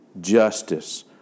justice